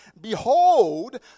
behold